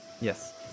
Yes